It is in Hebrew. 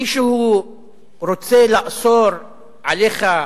מישהו רוצה לאסור עליך,